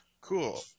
Cool